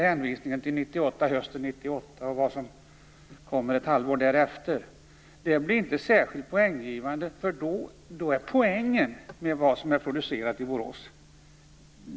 Hänvisningen till hösten 1998 och vad som kommer ett halvår därefter blir därför inte särskilt poänggivande. Då blir det ingen poäng med vad som är producerat i Borås.